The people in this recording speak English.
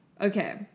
okay